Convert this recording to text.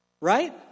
Right